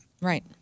Right